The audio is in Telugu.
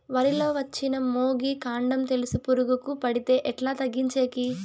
వరి లో వచ్చిన మొగి, కాండం తెలుసు పురుగుకు పడితే ఎట్లా తగ్గించేకి?